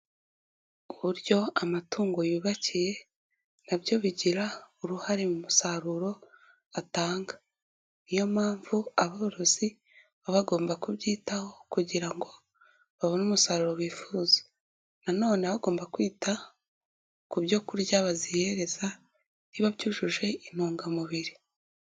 uburyo amatungo yubakiye nabyo bigira uruhare mu musaruro atanga ni yo mpamvu aborozi bab bagomba kubyitaho kugira ngo babone umusaruro bifuza nanone bagomba kwita kubyo kurya bazihereza biba byujuje intungamubiri.